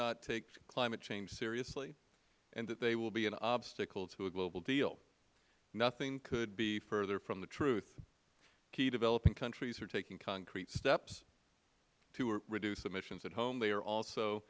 not take climate change seriously and that they will be an obstacle to a global deal nothing could be further from the truth key developing countries are taking concrete steps to reduce emissions at home they are also